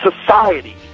society